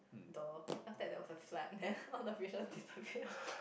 door after that there was a flag then all the fishes disappear